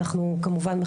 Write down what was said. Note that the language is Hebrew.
אנחנו כמובן,